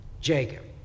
Jacob